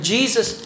Jesus